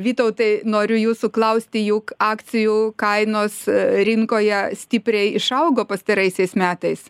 vytautai noriu jūsų klausti juk akcijų kainos rinkoje stipriai išaugo pastaraisiais metais